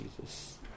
jesus